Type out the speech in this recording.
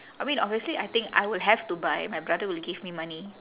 I mean obviously I think I would have to buy my brother will give me money